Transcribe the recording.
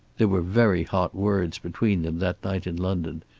there were very hot words between them that night in london,